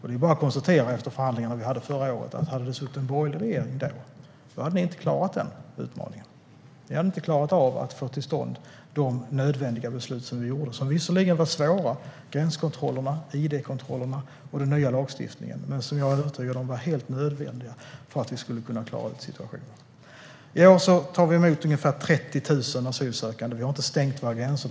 Det är bara att konstatera efter förhandlingarna vi hade förra året: Hade det suttit en borgerlig regering då hade ni inte klarat den utmaningen. Ni hade inte klarat av att få till stånd de nödvändiga beslut vi fattade - gränskontrollerna, id-kontrollerna och den nya lagstiftningen. De var visserligen svåra, men jag är övertygad om att de var helt nödvändiga för att vi skulle klara av situationen. I år tar vi emot ungefär 30 000 asylsökande. Vi har inte stängt våra gränser.